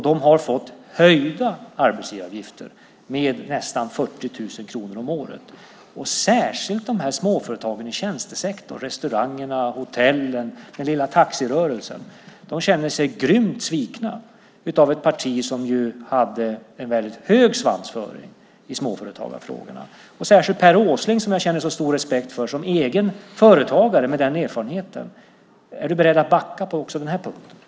De har fått höjda arbetsgivaravgifter med nästan 40 000 kronor om året. Det gäller särskilt småföretagen i tjänstesektorn - restaurangerna, hotellen och den lilla taxirörelsen. De känner sig grymt svikna av ett parti som hade en hög svansföring i småföretagarfrågorna. Det gäller särskilt Per Åsling, som jag känner så stor respekt för i hans egenskap av egen företagare och med den erfarenheten. Är du beredd att backa också på den här punkten?